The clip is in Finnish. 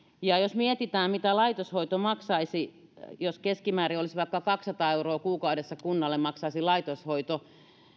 jos mietitään mitä laitoshoito maksaisi jos keskimäärin vaikka kaksisataa euroa kuukaudessa kunnalle maksaisi laitoshoito